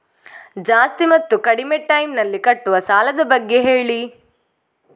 ಜಾಸ್ತಿ ಮತ್ತು ಕಡಿಮೆ ಟೈಮ್ ನಲ್ಲಿ ಕಟ್ಟುವ ಸಾಲದ ಬಗ್ಗೆ ಹೇಳಿ